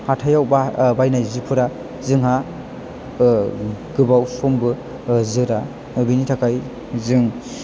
हाथाइयाव बा बायनाय जिफोरा जोंहा गोबाव समबो जोरा बिनि थाखाय जों